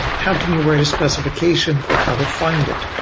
how can you write a specification for how to find it?